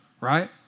right